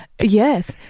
yes